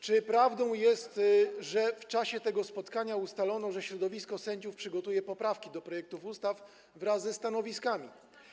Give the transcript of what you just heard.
Czy prawdą jest, że w czasie tego spotkania ustalono, że środowisko sędziów przygotuje poprawki do projektów ustaw wraz ze stanowiskami?